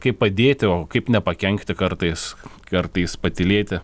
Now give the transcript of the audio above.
kaip padėti o kaip nepakenkti kartais kartais patylėti